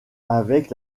avec